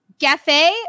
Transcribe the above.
Cafe